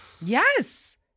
Yes